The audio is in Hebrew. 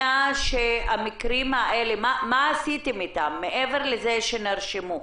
המקרים האלה, מה עשיתם איתם, מעבר לזה שנרשמו?